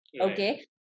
Okay